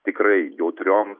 tikrai jautrioms